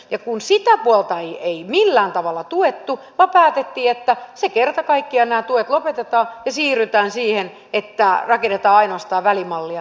ja sitä puolta ei millään tavalla tuettu vaan päätettiin että kerta kaikkiaan nämä tuet lopetetaan ja siirrytään siihen että rakennetaan ainoastaan välimallia